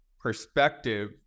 perspective